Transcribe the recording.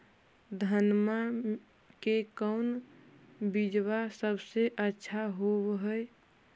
धनमा के कौन बिजबा सबसे अच्छा होव है?